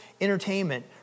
entertainment